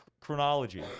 chronology